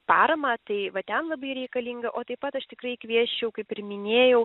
paramą tai va ten labai reikalinga o taip pat aš tikrai kviesčiau kaip ir minėjau